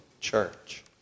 church